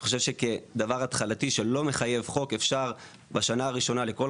אני חושב שכדבר התחלתי שלא מחייב חוק אפשר בשנה הראשונה לכל